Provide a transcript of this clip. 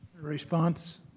Response